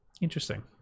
Interesting